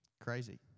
Crazy